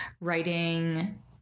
writing